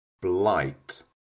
Blight